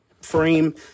frame